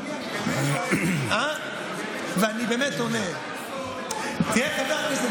אז אני אומר, אל תהיה מוטרד.